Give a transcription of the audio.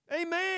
Amen